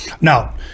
Now